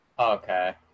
Okay